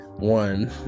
One